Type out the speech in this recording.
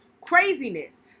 craziness